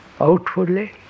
Outwardly